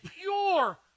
pure